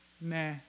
nah